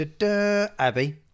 abby